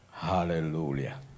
Hallelujah